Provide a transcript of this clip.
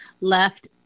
left